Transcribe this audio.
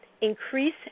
increase